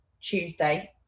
Tuesday